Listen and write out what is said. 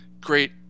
great